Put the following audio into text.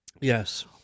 Yes